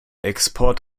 export